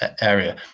area